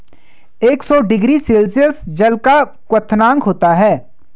एक सौ degree Celsius जल का क्वथनांक होता है